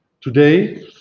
Today